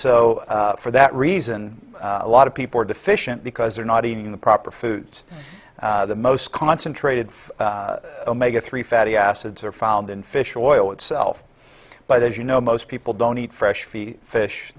so for that reason a lot of people are deficient because they're not eating the proper foods the most concentrated omega three fatty acids are found in fish oil itself but as you know most people don't eat fresh the fish